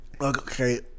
Okay